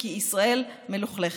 כי ישראל מלוכלכת.